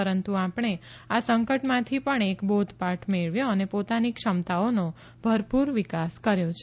પરંતુ આપણે આ સંકટથી પણ એક બોધપાઠ મેળવ્યો અને પોતાની ક્ષમતાઓનો ભરપૂર વિકાસ કર્યો છે